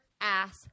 ass